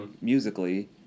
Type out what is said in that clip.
musically